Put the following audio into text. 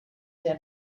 der